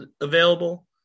available